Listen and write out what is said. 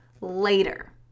later